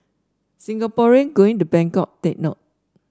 Singaporeans going to Bangkok take note